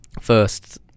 first